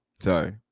Sorry